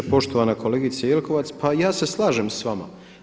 Poštovana kolegice Jelovac, pa ja se slažem s vama.